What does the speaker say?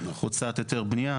הוצאת היתר בנייה,